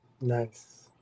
Nice